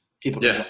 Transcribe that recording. people